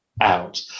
out